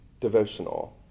devotional